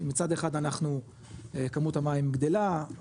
מצד אחד אנחנו כמות המים גדלה,